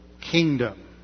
Kingdom